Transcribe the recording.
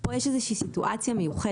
פה יש איזה שהיא סיטואציה מיוחדת,